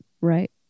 right